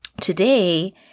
Today